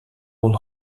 hall